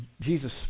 Jesus